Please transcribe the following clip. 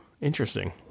interesting